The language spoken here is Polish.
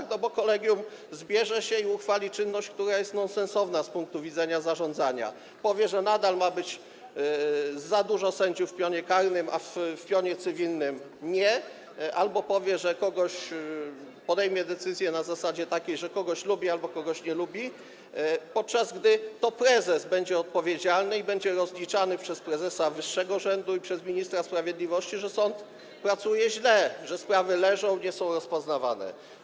Kolegium zbierze się i uchwali czynność, która jest nonsensowna z punktu widzenia zarządzania, powie, że nadal ma być za dużo sędziów w pionie karnym, a w pionie cywilnym - nie, albo podejmie decyzję na takiej zasadzie, że kogoś lubi albo kogoś nie lubi, podczas gdy to prezes będzie odpowiedzialny i będzie rozliczany przez prezesa wyższego rzędu i przez ministra sprawiedliwości z tego, że sąd pracuje źle, że sprawy leżą, nie są rozpoznawane.